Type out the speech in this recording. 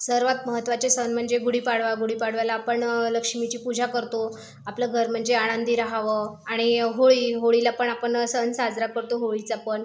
सर्वात महत्त्वाचे सण म्हणजे गुढीपाडवा गुढीपाडव्याला आपण लक्ष्मीची पूजा करतो आपलं घर म्हणजे आनंदी रहावं आणि होळी होळीला पण आपण सण साजरा करतो होळीचा पण